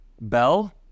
Bell